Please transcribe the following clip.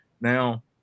Now